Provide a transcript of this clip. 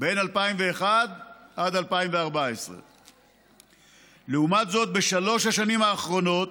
מ-2001 עד 2014. לעומת זאת, בשלוש השנים האחרונות,